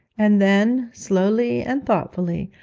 and then, slowly and thoughtfully,